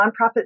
nonprofit